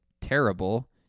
Terrible